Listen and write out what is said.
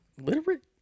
literate